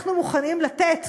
שאנחנו מוכנים לתת,